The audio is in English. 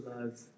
love